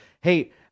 Hey